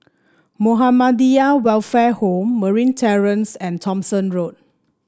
Muhammadiyah Welfare Home Marine Terrace and Thomson Road